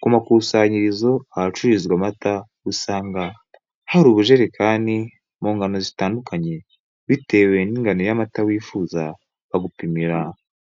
Ku makusanyirizo, ahacururizwa amata, usanga hari ubujerekani mu ngano zitandukanye. Bitewe n'ingano y'amata wifuza, bagupimira